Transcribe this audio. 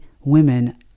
women